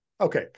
Okay